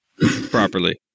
properly